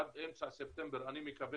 עד אמצע ספטמבר נוציא